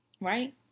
right